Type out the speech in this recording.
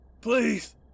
Please